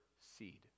seed